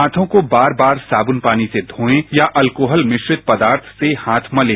हाथों को बार बार साबुन पानी से धोए या अल्कोहल मिश्रित पदार्थ से हाथ मलें